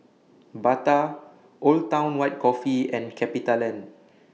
Bata Old Town White Coffee and CapitaLand